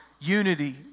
unity